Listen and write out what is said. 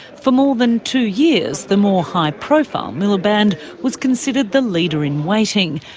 for more than two years the more high-profile miliband was considered the leader in waiting,